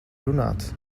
runāt